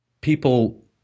people